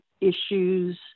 issues